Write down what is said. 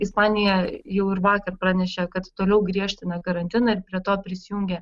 ispanija jau ir vakar pranešė kad toliau griežtina karantiną ir prie to prisijungia